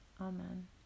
Amen